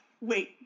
Wait